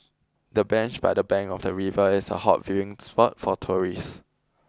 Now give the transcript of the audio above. the bench by the bank of the river is a hot viewing spot for tourists